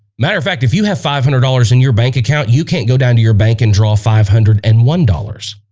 matter of fact if you have five hundred dollars in your bank account you can't go down to your bank and draw five hundred and one dollars